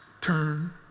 turn